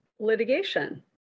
Litigation